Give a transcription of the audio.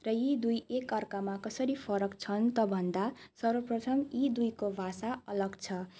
र यी दुई एक अर्कामा कसरी फरक छन् त भन्दा सर्वप्रथम यी दुइको भाषा अलग छ